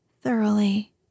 thoroughly